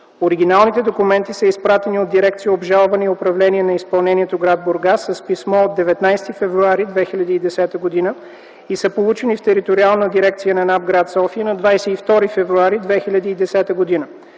Оригиналните документи са изпратени от Дирекция „Обжалване и управление на изпълнението” – град Бургас, с писмо от 19 февруари 2010 г. и са получени в Териториална дирекция на НАП – град София, на 22 февруари 2010 г.